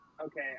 Okay